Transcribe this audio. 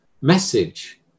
message